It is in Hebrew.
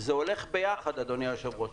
זה הולך ביחד, אדוני היושב ראש.